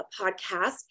podcast